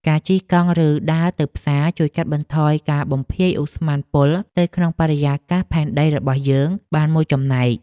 ការជិះកង់ ឬដើរទៅផ្សារជួយកាត់បន្ថយការបំភាយឧស្ម័នពុលទៅក្នុងបរិយាកាសផែនដីរបស់យើងបានមួយចំណែក។